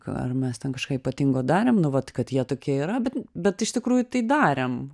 ar mes ten kažką ypatingo darėm nu vat kad jie tokie yra bet bet iš tikrųjų tai darėm